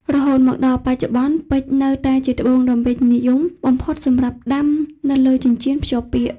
រហូតមកដល់បច្ចុប្បន្ន ពេជ្រនៅតែជាត្បូងដ៏ពេញនិយមបំផុតសម្រាប់ដាំនៅលើចិញ្ចៀនភ្ជាប់ពាក្យ។